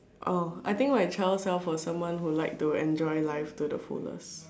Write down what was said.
oh I think my child self was someone who liked to enjoy life to the fullest